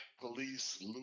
police